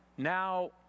Now